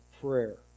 prayer